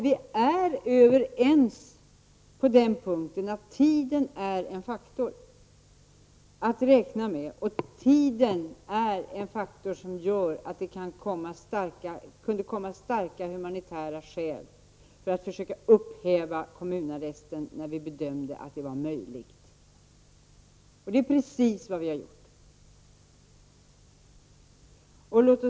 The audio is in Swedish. Vi är överens på den punkten att tiden är en faktor att räkna med. Tiden är en faktor som gör att det kan anföras starka humanitära skäl för att upphäva kommunarresten när detta bedöms vara möjligt, och det är precis vad vi har gjort.